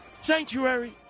Sanctuary